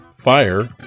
fire